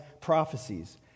prophecies